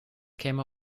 käme